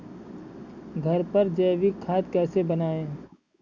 घर पर जैविक खाद कैसे बनाएँ?